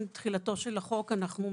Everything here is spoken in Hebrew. לגבי חוק זכאות לסיוע בדיור,